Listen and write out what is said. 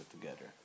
together